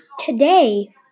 Today